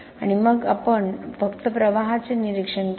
आणि मग आपण फक्त प्रवाहाचे निरीक्षण केले